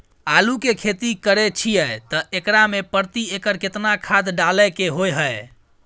आलू के खेती करे छिये त एकरा मे प्रति एकर केतना खाद डालय के होय हय?